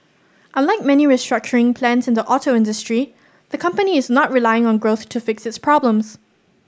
unlike many restructuring plans in the auto industry the company is not relying on growth to fix its problems